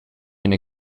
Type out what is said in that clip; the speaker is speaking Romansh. ina